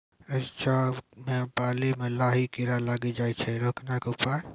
रिचा मे बाली मैं लाही कीड़ा लागी जाए छै रोकने के उपाय?